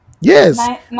Yes